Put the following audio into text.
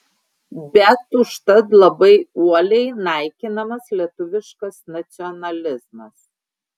bet užtat labai uoliai naikinamas lietuviškas nacionalizmas